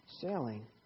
Sailing